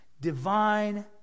Divine